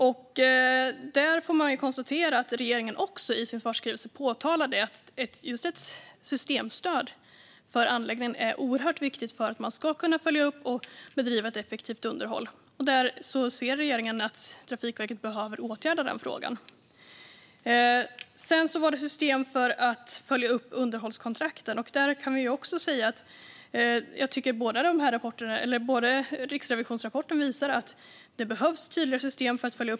I sin svarsskrivelse påpekar också regeringen att just ett systemstöd för anläggning är oerhört viktigt för att man ska kunna följa upp och bedriva ett effektivt underhåll. Regeringen anser att Trafikverket behöver åtgärda detta. Vad gäller att följa upp underhållskontrakten visar Riksrevisionens rapport att det behövs tydliga system för detta.